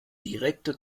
direkte